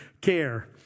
care